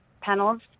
panels